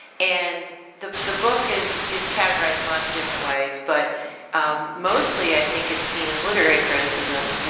and the the book is is categorized in lots of different ways, but mostly i think it's seen as literary criticism,